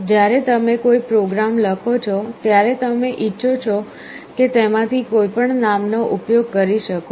જ્યારે તમે કોઈ પ્રોગ્રામ લખો છો ત્યારે તમે ઇચ્છો છો તેમાંથી કોઈપણ નામનો ઉપયોગ કરી શકો છો